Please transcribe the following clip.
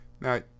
Now